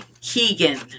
Keegan